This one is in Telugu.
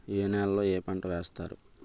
ఏ నేలలో ఏ పంట వేస్తారు?